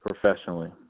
professionally